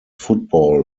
football